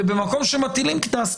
ובמקום שמטילים קנס,